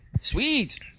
Sweet